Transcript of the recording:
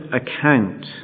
account